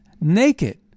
naked